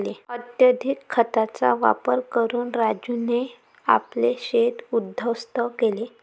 अत्यधिक खतांचा वापर करून राजूने आपले शेत उध्वस्त केले